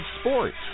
sports